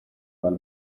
dal